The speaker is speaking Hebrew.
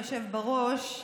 תודה רבה לך, אדוני היושב בראש.